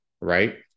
right